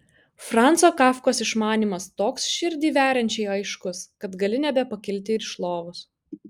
franco kafkos išmanymas toks širdį veriančiai aiškus kad gali nebepakilti ir iš lovos